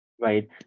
Right